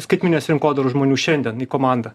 skaitmeninės rinkodaros žmonių šiandien į komandą